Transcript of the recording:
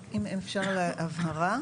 רק אם אפשר הבהרה.